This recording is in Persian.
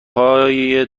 های